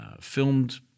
filmed